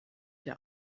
der